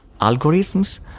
algorithms